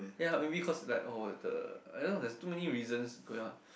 ya maybe cause oh the I don't know there's too many reasons going on